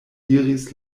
diris